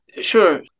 Sure